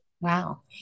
Wow